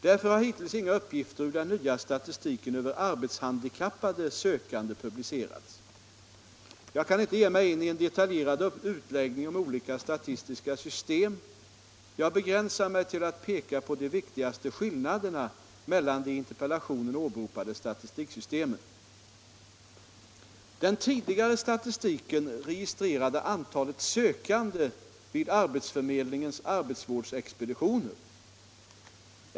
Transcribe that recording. Därför har hittills inga uppgifter ur den nya statistiken över arbetshandikappade sökande publicerats. Jag kan inte ge mig in i en detaljerad utläggning om olika statistiska system. Jag begränsar mig till att peka på de viktigaste skillnaderna mellan de i interpellationen åberopade statistiksystemen. Den tidigare statistiken registrerade antalet sökande vid arbetsförmedlingens arbetsvårdsexpeditioner.